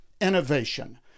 innovation